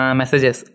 messages